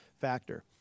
factor